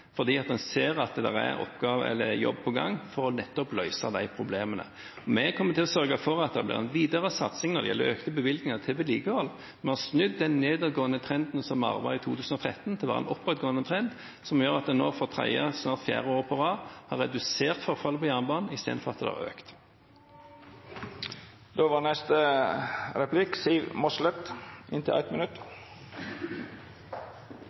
fordi man ser at det er jobb på gang nettopp for å løse de problemene. Vi kommer til å sørge for at det blir en videre satsing når det gjelder økte bevilgninger til vedlikehold. Vi har snudd den nedadgående trenden som vi arvet i 2013. Det er en oppadgående trend som gjør at en nå for tredje, snart fjerde, år på rad har redusert forfallet på jernbanen istedenfor at det har økt.